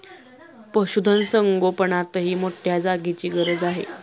पशुधन संगोपनातही मोठ्या जागेची गरज आहे